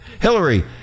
Hillary